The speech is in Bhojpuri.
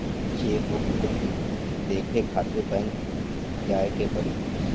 चेकबुक शुल्क देखे खातिर बैंक जाए के पड़ी